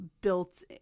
built